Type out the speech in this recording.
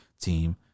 team